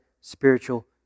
spiritual